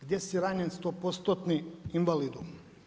Gdje si ranjen 100%-tni invalidu?